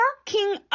working